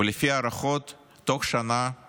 ולפי ההערכות, תוך שנה היא